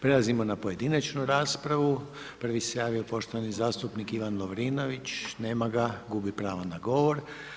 Prelazimo na pojedinačnu raspravu, prvi se javio poštovani zastupnik Ivan Lovrinović, nema ga, gubi pravo na govor.